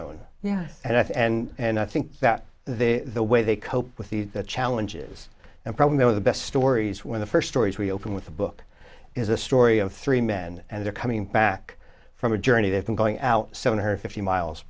own yeah and i think and i think that they the way they cope with these challenges and probably know the best stories when the first stories we open with the book is a story of three men and they're coming back from a journey they've been going out seven hundred fifty miles